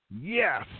Yes